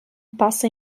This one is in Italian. passa